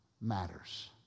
matters